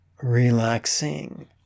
relaxing